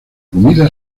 comida